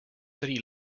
three